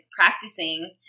practicing